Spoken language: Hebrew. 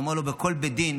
הוא אמר לו: בכל בית דין